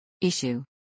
Issue